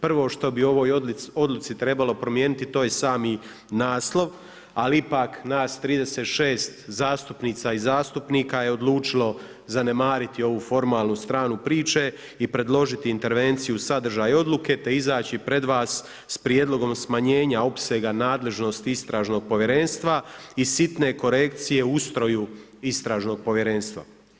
Prvo što bi u ovoj odluci trebalo promijeniti to je sami naslov, ali ipak nas 36 zastupnica i zastupnika je odlučilo zanemariti ovu formalnu stranu priče i predložiti intervenciju sadržaja i odluke te izaći pred vas s prijedlogom smanjenja opsega nadležnosti istražnog povjerenstva i sitne korekcije o ustroju istražnog povjerenstva.